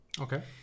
Okay